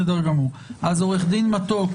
עורך דין מתוק,